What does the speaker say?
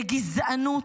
לגזענות,